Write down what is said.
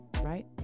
right